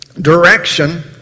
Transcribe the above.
direction